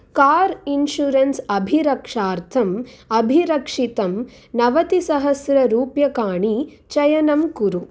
car insurance अभिरक्षार्थम् अभिरक्षितं नवतिसहस्ररूप्यकाणि चयनं कुरु